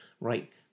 right